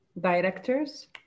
directors